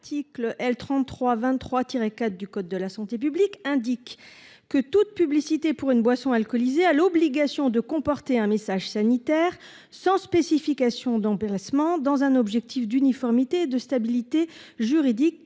tiré quatre du code de la santé publique indique que toute publicité pour une boisson alcoolisée à l'obligation de comporter un message sanitaire sans spécification dans Pérès ment dans un objectif d'uniformité de stabilité juridique,